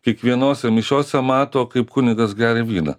kiekvienose mišiose mato kaip kunigas geria vyną